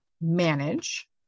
manage